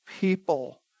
people